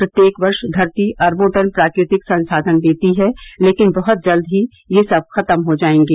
प्रत्येक वर्ष धरती अरबों टन प्राकृतिक संसाधन देती है लेकिन बहुत जल्द ही ये सब खत्म हो जाएंगे